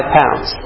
pounds